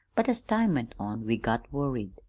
but as time went on we got worried.